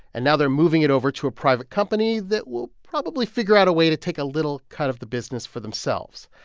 and now they're moving it over to a private company that will probably figure out a way to take a little cut of the business for themselves.